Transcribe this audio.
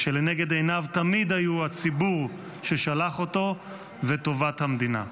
ולנגד עיניו תמיד היו הציבור ששלח אותו וטובת המדינה.